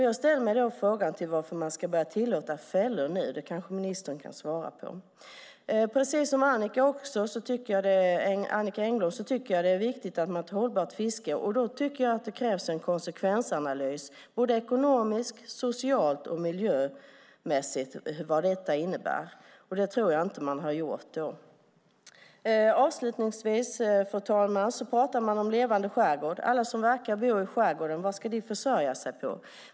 Jag ställer mig då frågande till varför man ska börja tillåta fällor nu. Det kanske ministern kan svara på. Precis som Annicka Engblom tycker också jag att det är viktigt med ett hållbart fiske. Då tycker jag att det krävs en konsekvensanalys av vad detta innebär ekonomiskt, socialt och miljömässigt, och det tror jag inte att man har gjort. Avslutningsvis, fru talman, pratar man om levande skärgård. Vad ska alla som verkar och bor i skärgården försörja sig på?